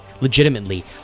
legitimately